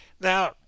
Now